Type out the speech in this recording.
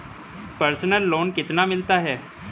Personal loan कितना मिलता है?